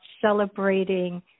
celebrating